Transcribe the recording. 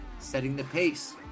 SettingThePace